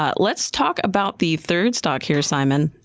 ah let's talk about the third stock here, simon.